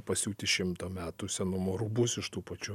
pasiūti šimto metų senumo rūbus iš tų pačių